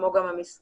כמו גם המסגרות,